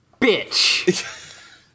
Bitch